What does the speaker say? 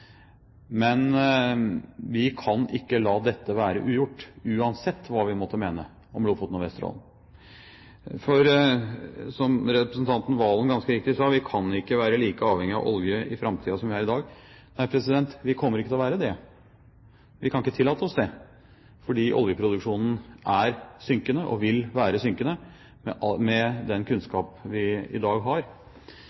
men vi kan ikke la dette være ugjort uansett hva vi måtte mene om Lofoten og Vesterålen. For som representanten Serigstad Valen ganske riktig sa, vi kan ikke være like avhengig av olje i framtiden som vi er i dag. Nei, vi kommer ikke til å være det. Vi kan ikke tillate oss det, fordi oljeproduksjonen er synkende og vil være synkende med